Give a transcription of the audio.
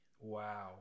Wow